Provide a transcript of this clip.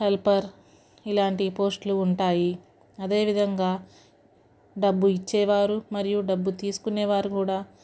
helper ఇలాంటి పోస్ట్లు ఉంటాయి అదే విధంగా డబ్బు ఇచ్చేవారు మరియు డబ్బు తీసుకునే వారు కూడా